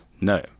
No